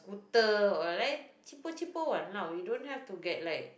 scooter alright cheapo cheapo [one] lah you don't have to get like